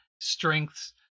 strengths